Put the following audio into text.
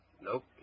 nope